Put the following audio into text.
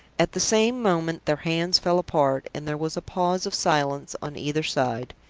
at the same moment their hands fell apart, and there was a pause of silence on either side.